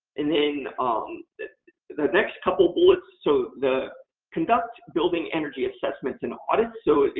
and then um the next couple of bullets. so, the conduct building energy assessments and audits. so,